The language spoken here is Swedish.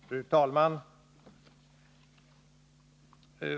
Fru talman!